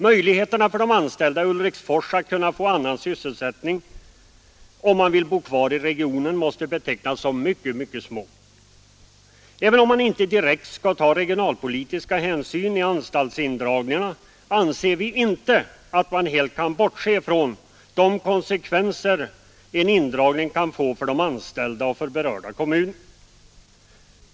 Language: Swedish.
Möjligheterna för de anställda i Ulriksfors att få annan sysselsättning, om de vill bo kvar i regionen, måste betecknas som mycket, mycket små. Även om man inte direkt skall ta regionalpolitiska hänsyn vid anstaltsindragningarna, anser vi inte att man helt kan bortse från de konsekvenser en indragning kan få för de anställda och för berörda kommuner.